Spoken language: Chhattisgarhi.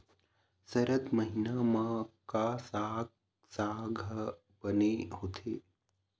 सरद महीना म का साक साग बने होथे?